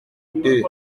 deux